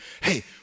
Hey